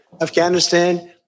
Afghanistan